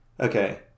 okay